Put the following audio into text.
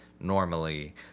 normally